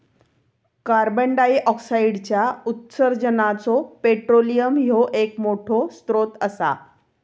कार्बंडाईऑक्साईडच्या उत्सर्जानाचो पेट्रोलियम ह्यो एक मोठो स्त्रोत असा